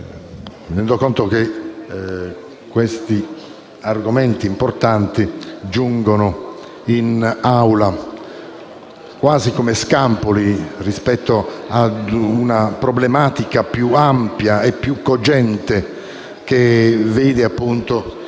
rendo conto che questi argomenti importanti giungono in Assemblea quasi come scampoli rispetto a una problematica più ampia e cogente, che vede il